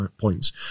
points